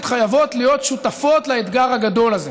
חייבות להיות שותפות לאתגר הגדול הזה,